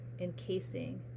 encasing